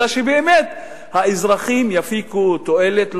אלא שבאמת האזרחים יפיקו תועלת,